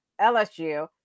LSU